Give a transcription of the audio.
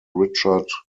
richard